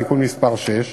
תיקון מס' 6,